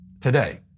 today